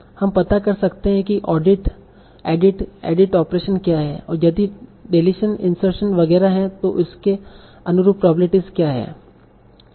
हम पता कर सकते है की ऑडिट एडिट एडिट ऑपरेशन क्या है और यदि देलीशन इंसर्शन वगैरह है तो उसके अनुरूप प्रोबेब्लिटीस क्या है